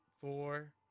four